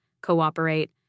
cooperate